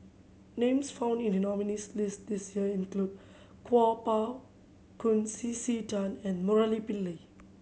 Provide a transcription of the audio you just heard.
names found in the nominees' list this year include Kuo Pao Kun C C Tan and Murali